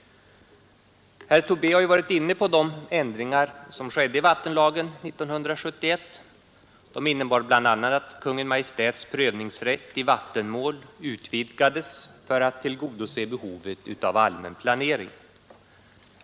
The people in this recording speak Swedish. Herr Tobé har varit inne på de ändringar i vattenlagen som skedde 1971 och som bl.a. innebar att Kungl. Maj:ts prövningsrätt i vattenmål utvidgades för att tillgodose behovet av allmän planering.